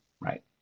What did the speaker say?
right